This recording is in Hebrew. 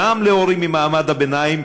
גם להורים ממעמד הביניים,